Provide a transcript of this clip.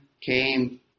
came